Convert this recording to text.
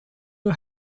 nur